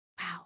Wow